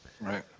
right